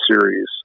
series